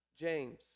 James